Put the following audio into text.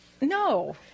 No